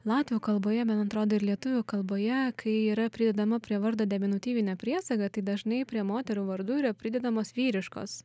latvių kalboje man atrodo ir lietuvių kalboje kai yra pridedama prie vardo deminutyvinė priesaga tai dažnai prie moterų vardų yra pridedamos vyriškos